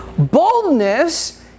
boldness